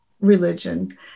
religion